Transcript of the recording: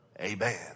Amen